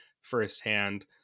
firsthand